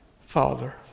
Father